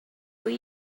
will